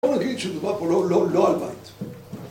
בואו נגיד שמדובר פה לא לא לא על בית